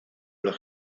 los